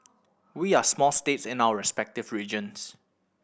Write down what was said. we are small states in our respective regions